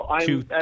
two